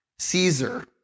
Caesar